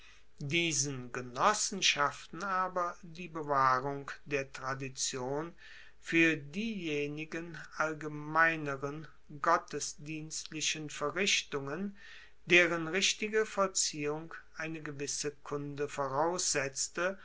diesen genossenschaften aber die bewahrung der tradition fuer diejenigen allgemeineren gottesdienstlichen verrichtungen deren richtige vollziehung eine gewisse kunde voraussetzte